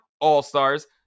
all-stars